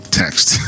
text